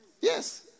Yes